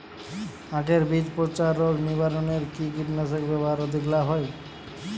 আঁখের বীজ পচা রোগ নিবারণে কি কীটনাশক ব্যবহারে অধিক লাভ হয়?